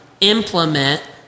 implement